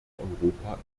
europa